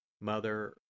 Mother